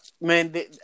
man